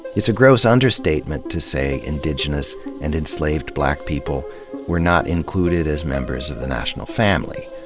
it's a gross understatement to say indigenous and enslaved black people were not included as members of the national family.